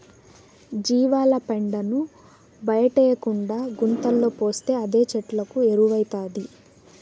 జీవాల పెండను బయటేయకుండా గుంతలో పోస్తే అదే చెట్లకు ఎరువౌతాది